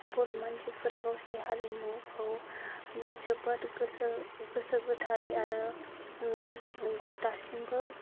बर' मानसिफ्रा गावसोरनि हारिमुखौ जोबोद गोसो गोसो गोथारै आरो दासिमबो